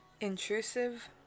Intrusive